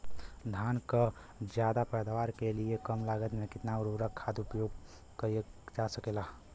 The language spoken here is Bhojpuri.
धान क ज्यादा पैदावार के लिए कम लागत में कितना उर्वरक खाद प्रयोग करल जा सकेला?